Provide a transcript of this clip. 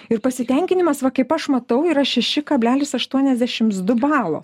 ir pasitenkinimas va kaip aš matau yra šeši kablelis aštuoniasdešimt du balo